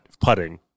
putting